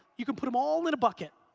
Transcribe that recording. you can put them all in a bucket.